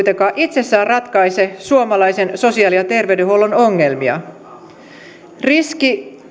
se ei kuitenkaan itsessään ratkaise suomalaisen sosiaali ja terveydenhuollon ongelmia riski